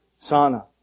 sauna